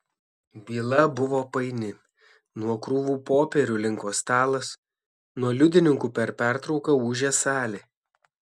byla buvo paini nuo krūvų popierių linko stalas nuo liudininkų per pertrauką ūžė salė